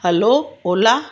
hello ola